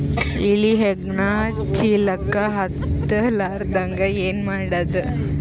ಇಲಿ ಹೆಗ್ಗಣ ಚೀಲಕ್ಕ ಹತ್ತ ಲಾರದಂಗ ಏನ ಮಾಡದ?